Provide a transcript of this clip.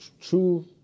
true